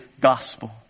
gospel